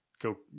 Go